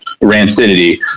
rancidity